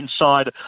inside